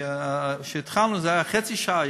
כי כשהתחלנו זה היה חצי שעה,